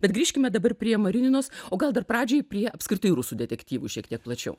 bet grįžkime dabar prie marininos o gal dar pradžiai prie apskritai rusų detektyvų šiek tiek plačiau